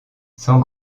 sans